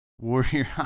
Warrior